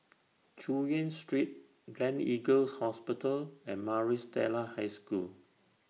Chu Yen Street Gleneagles Hospital and Maris Stella High School